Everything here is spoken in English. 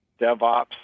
devops